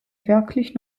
wirklich